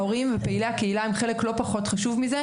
ההורים ופעילי הקהילה הם חלק לא פחות חשוב מזה,